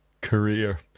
career